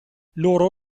loro